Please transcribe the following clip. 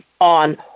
on